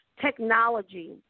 technology